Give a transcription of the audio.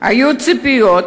היו ציפיות